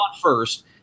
first